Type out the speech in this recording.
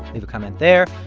leave a comment there.